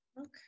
Okay